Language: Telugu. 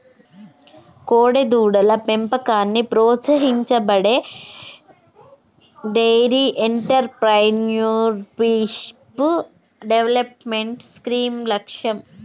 కోడెదూడల పెంపకాన్ని ప్రోత్సహించడమే డెయిరీ ఎంటర్ప్రెన్యూర్షిప్ డెవలప్మెంట్ స్కీమ్ లక్ష్యం